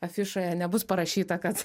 afišoje nebus parašyta kad